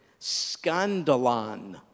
scandalon